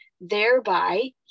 thereby